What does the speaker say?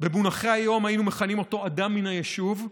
במונחי היום היינו מכנים אותו אדם מן היישוב,